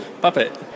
Puppet